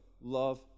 love